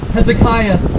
Hezekiah